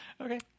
okay